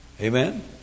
Amen